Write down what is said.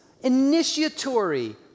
initiatory